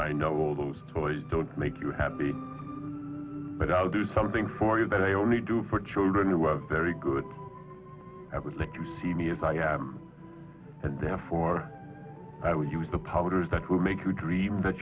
i know all those toys don't make you happy but i will do something for you that i only do for children who are very good i would like to see me as i am and therefore i will use the powers that will make you dream that